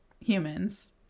Humans